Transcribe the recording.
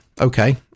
okay